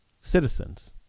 citizens